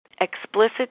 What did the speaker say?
explicit